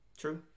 True